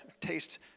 taste